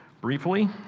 briefly